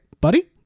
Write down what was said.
buddy